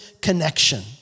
connection